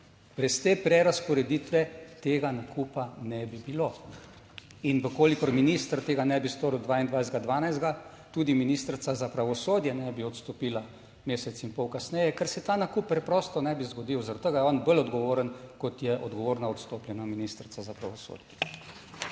Brez te prerazporeditve tega nakupa ne bi bilo in v kolikor minister tega ne bi storil 22. 12., tudi ministrica za pravosodje ne bi odstopila mesec in pol kasneje, ker se ta nakup preprosto ne bi zgodil. Zaradi tega je on bolj odgovoren, kot je odgovorna odstopljena ministrica za pravosodje.